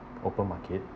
open market